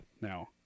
now